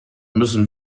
müssen